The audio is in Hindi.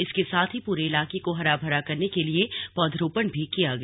इसके साथ ही पूरे इलाके को हरा भरा करने के लिए पौधारोपण भी किया गया